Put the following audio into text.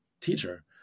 teacher